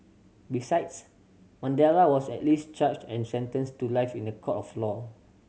besides Mandela was at least charged and sentenced to life in a court of law